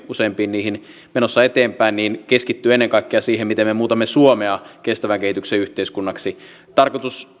nähden menossa eteenpäin ennen kaikkea siihen miten me muutamme suomea kestävän kehityksen yhteiskunnaksi tärkeä tarkoitus